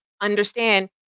understand